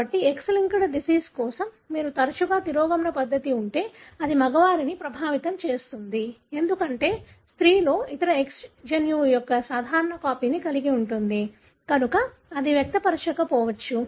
కాబట్టి X linked disease కోసం మీకు తరచుగా తిరోగమన పరిస్థితి ఉంటే అది మగవారిని ప్రభావితం చేస్తుంది ఎందుకంటే స్త్రీలో ఇతర X జన్యువు యొక్క సాధారణ కాపీని కలిగి ఉంటుంది కనుక అది వ్యక్తపరచకపోవచ్చు